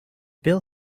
bill